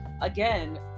again